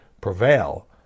prevail